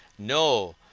no,